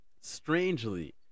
Strangely